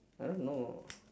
I don't know